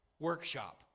workshop